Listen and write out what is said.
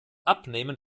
abnehmen